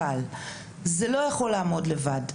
אבל זה לא יכול לעמוד לבד,